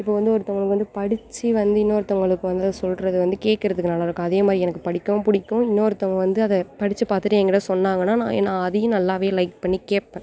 இப்போ வந்து ஒருத்தங்களுக்கு வந்து படிச்சு வந்து இன்னோருத்தவங்களுக்கு வந்து சொல்லுறது வந்து கேட்குறதுக்கு நல்லா இருக்கும் அதே மாதிரி எனக்கு படிக்கவும் பிடிக்கும் இன்னோருத்தவங்க வந்து அதை படிச்சு பார்த்துட்டு ஏன்கிட்ட சொன்னாங்கன்னா நான் நான் அதையும் நல்லாவே லைக் பண்ணி கேட்பேன்